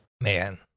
Man